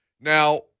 Now